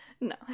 no